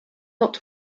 not